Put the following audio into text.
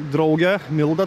drauge milda